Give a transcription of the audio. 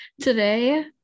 today